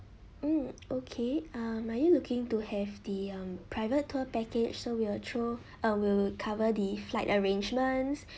mm okay um are you looking to have the um private tour package so we'll throw um we'll cover the flight arrangements